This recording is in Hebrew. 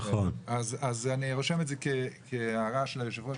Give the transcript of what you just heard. אז אני רושם את זה כהערה של היושב ראש,